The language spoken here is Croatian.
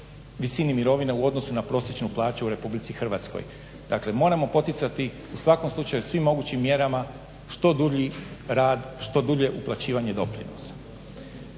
visini mirovine u odnosu na prosječnu plaću u Republici Hrvatskoj. Dakle, moramo poticati u svakom slučaju svim mogućim mjerama što dulji rad, što dulje uplaćivanje doprinosa.